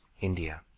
India